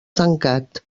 tancat